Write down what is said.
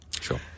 Sure